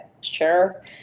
sure